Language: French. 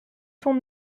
son